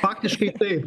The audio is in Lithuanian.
faktiškai tai